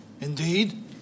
Indeed